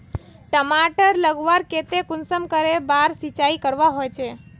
टमाटर उगवार केते कुंसम करे बार सिंचाई करवा होचए?